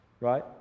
Right